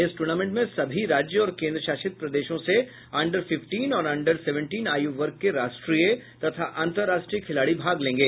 इस टूर्नामेंट में सभी राज्य और केन्द्रशासित प्रदेशों से अन्डर फिफटीन और अन्डर सेवेंटीन आयु वर्ग के राष्ट्रीय तथा अन्तर्राष्ट्रीय खिलाड़ी भाग लेंगे